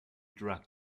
drug